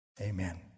Amen